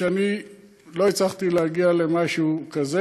ואני לא הצלחתי להגיע למשהו כזה.